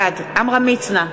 בעד עמרם מצנע,